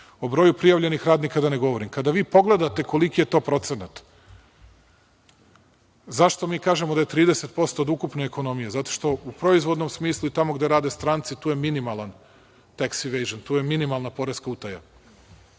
O broju prijavljenih radnika da ne govorim. Kada vi pogledate koliki je to procenat, zašto mi kažemo da je 30% od ukupne ekonomije? Zato što u proizvodnom smislu i tamo gde rade stranci, tu je minimalan „tax evasion“, tu je minimalna poreska utaja.